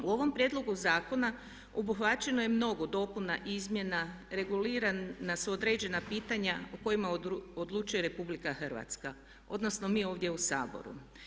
U ovom prijedlogu Zakona obuhvaćeno je mnogo dopuna, izmjena, regulirana su određena pitanja o kojima odlučuje RH odnosno mi ovdje u Saboru.